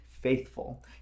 faithful